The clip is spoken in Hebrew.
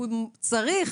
הוא צריך